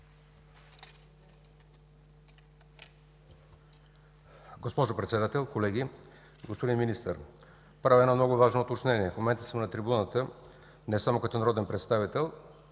Госпожо Председател, колеги! Господин Министър, правя едно много важно уточнение – в момента съм на трибуната не само като народен представител,